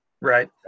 Right